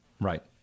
Right